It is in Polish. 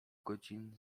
godzin